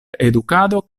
edukado